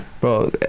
Bro